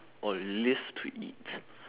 or live to eat